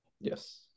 Yes